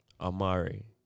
Amari